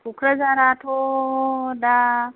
क'कराझाराथ' दा